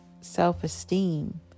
self-esteem